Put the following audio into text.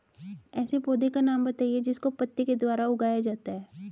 ऐसे पौधे का नाम बताइए जिसको पत्ती के द्वारा उगाया जाता है